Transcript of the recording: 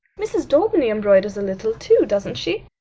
mrs. daubeny embroiders a little, too, doesn't she?